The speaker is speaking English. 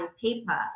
paper